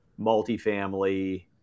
multifamily